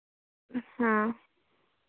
हाँ